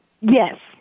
Yes